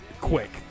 quick